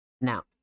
Now